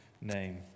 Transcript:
name